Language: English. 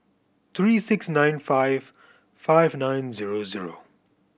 three six nine five five nine zero zero